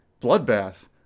bloodbath